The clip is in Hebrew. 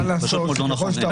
זה פשוט מאוד לא נכון.